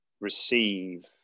receive